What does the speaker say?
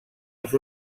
els